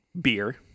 beer